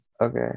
Okay